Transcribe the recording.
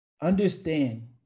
understand